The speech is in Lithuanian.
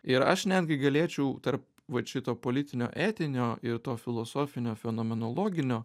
ir aš netgi galėčiau tarp vat šito politinio etinio ir to filosofinio fenomenologinio